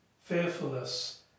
Fearfulness